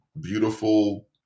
beautiful